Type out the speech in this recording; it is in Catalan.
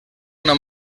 una